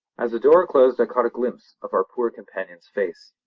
as the door closed i caught a glimpse of our poor companion's face.